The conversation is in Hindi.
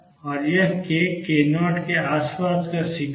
और यह k k0 के आसपास का शिखर है